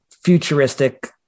futuristic